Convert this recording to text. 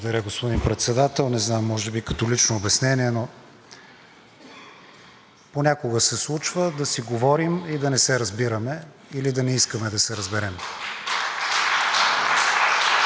Благодаря, господин Председател. Не знам, може би като лично обяснение, но понякога се случва да си говорим и да не се разбираме или да не искаме да се разберем.